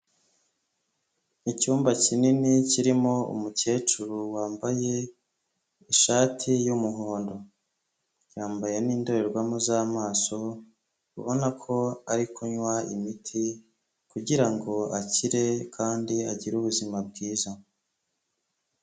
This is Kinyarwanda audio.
Icyumba kinini kirimo umukecuru wambaye ishati y'umuhondo, yambaye n'indorerwamo z'amaso ubona ko ari kunywa imiti kugirango akire kandi agire ubuzima bwiza.